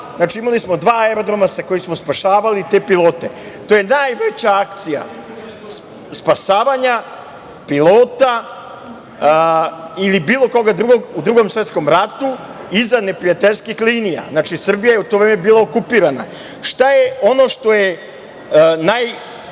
znači, imali smo dva aerodroma sa kojih smo spašavali te pilote. To je najveća akcija spasavanja pilota ili bilo koga drugog u Drugom svetskom ratu iza neprijateljskih linija. Znači, Srbija je u to vreme bila okupirana. Šta je ono što je